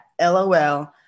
LOL